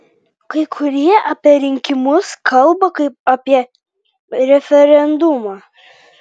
kai kurie apie rinkimus kalba kaip apie referendumą